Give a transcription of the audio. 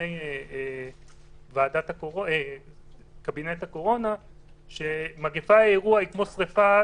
בדיוני קבינט הקורונה שמגפה היא אירוע כמו שריפה